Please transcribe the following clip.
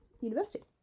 university